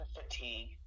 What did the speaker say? fatigue